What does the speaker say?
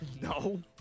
No